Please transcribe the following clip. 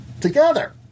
together